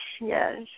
yes